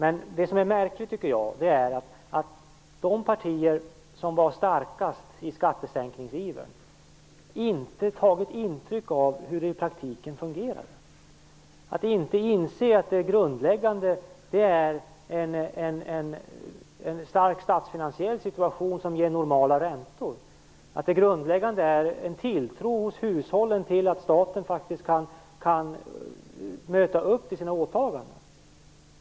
Vad som är märkligt är att de partier som var starkast i skattesänkningsivern inte tagit intryck av hur det i praktiken fungerar, att de inte inser att det grundläggande är en stark statsfinansiell situation som ger normala räntor. Det grundläggande är en tilltro hos hushållen till att staten kan möta upp till sina åtaganden.